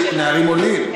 נערים עולים.